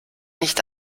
nicht